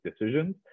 decisions